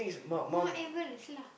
Mount-Everest lah